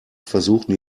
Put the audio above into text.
versuchten